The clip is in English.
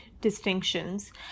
distinctions